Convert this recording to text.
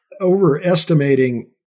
overestimating